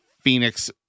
Phoenix